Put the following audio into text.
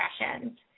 expressions